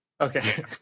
Okay